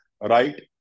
right